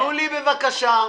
תנו לי, בבקשה.